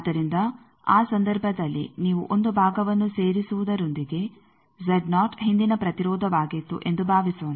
ಆದ್ದರಿಂದ ಆ ಸಂದರ್ಭದಲ್ಲಿ ನೀವು 1 ಭಾಗವನ್ನು ಸೇರಿಸುವುದರೊಂದಿಗೆ ಹಿಂದಿನ ಪ್ರತಿರೋಧವಾಗಿತ್ತು ಎಂದು ಭಾವಿಸೋಣ